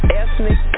ethnic